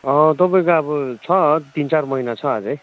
अँ तपाईँको आबो छ तिन चार महिना छ आझै